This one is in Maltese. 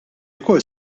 wkoll